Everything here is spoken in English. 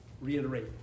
reiterate